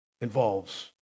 involves